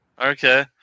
Okay